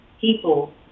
people